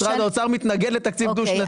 משרד האוצר מתנגד לתקציב דו שנתי,